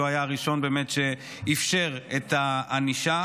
שהוא היה הראשון שאפשר את הענישה,